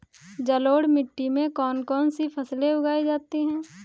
जलोढ़ मिट्टी में कौन कौन सी फसलें उगाई जाती हैं?